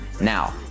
now